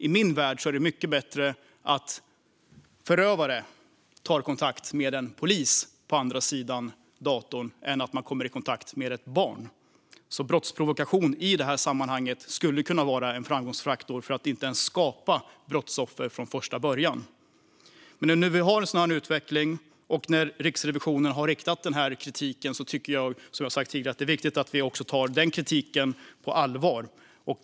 I min värld är det mycket bättre att förövare tar kontakt med en polis på andra sidan datorn än att de kommer i kontakt med barn. Brottsprovokation skulle i det här sammanhanget kunna vara en framgångsfaktor för att inte ens skapa brottsoffer från första början. När vi nu har en sådan här utveckling och när Riksrevisionen har riktat den här kritiken tycker jag, som jag har sagt tidigare, att det är viktigt att vi tar den kritiken på allvar.